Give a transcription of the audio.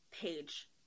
page